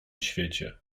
świecie